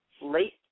late